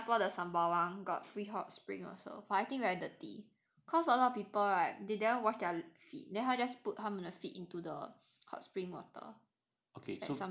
you know singapore the sembawang got free hot spring also but I think very dirty cause a lot of people right they didn't wash their feet then they just put 他们 feet into the hot spring water at sembawang park